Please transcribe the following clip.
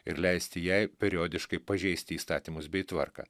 ir leisti jai periodiškai pažeisti įstatymus bei tvarką